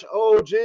OG